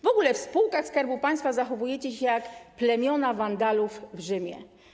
W ogóle w spółkach Skarbu Państwa zachowujecie się jak plemiona Wandalów w Rzymie.